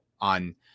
on